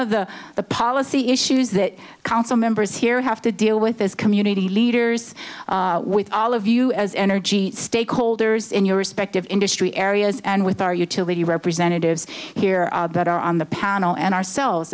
of the the policy issues that council members here have to deal with as community leaders with all of you as energy stakeholders in your respective industry areas and with our utility representatives here that are on the panel and ourselves